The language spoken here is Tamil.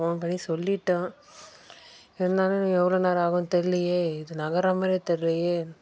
ஃபோன் பண்ணி சொல்லிவிட்டேன் இருந்தாலும் இன்னும் எவ்வளோ நேரம் ஆகுன்னு தெரிலயே இது நகர்றமாதிரியே தெரிலயே